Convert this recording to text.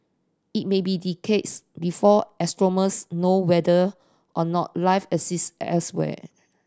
it may be decades before astronomers know whether or not life exists elsewhere